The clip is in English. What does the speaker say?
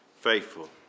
faithful